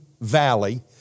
Valley